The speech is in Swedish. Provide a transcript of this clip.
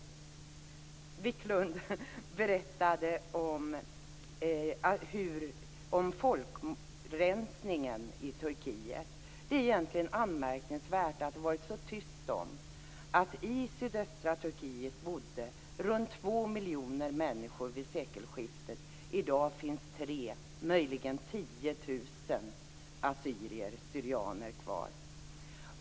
Turkiet. Det är egentligen anmärkningsvärt att det varit så tyst om att det i sydöstra Turkiet vid sekelskiftet bodde runt 2 miljoner människor. I dag finns 3 000, möjligen 10 000, assyrier/syrianer kvar.